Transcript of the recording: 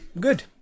good